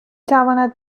تواند